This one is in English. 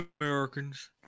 Americans